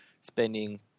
spending